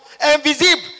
invisible